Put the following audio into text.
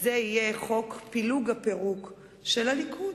זה יהיה חוק פילוג, הפירוק של הליכוד.